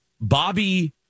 Bobby